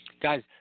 Guys